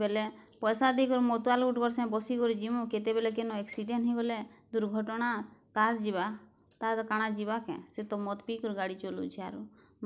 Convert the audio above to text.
ବେଲେ ପଇସା ଦେଇ କରି ମଦୁଆ ଲୋକଟେ ସାଙ୍ଗରେ ବସି କରି ଯିବୁଁ କେତେବେଳେ କିନ୍ ଆକ୍ସିଡ଼େଣ୍ଟ୍ ହେଇଗଲେ ଦୁର୍ଘଟଣା କାର୍ ଯିବା ତାର୍ କାଣା ଯିବ କି ସେ ତ ମଦ ପିଇ କିରି ଗାଡ଼ି ଚଲଉଛି ଆରୁ